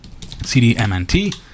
cdmnt